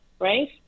right